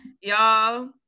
y'all